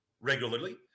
regularly